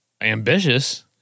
ambitious